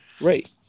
Right